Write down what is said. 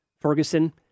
Ferguson